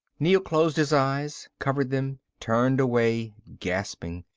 neel closed his eyes, covered them, turned away gasping.